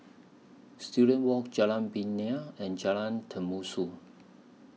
Student Walk Jalan Binja and Jalan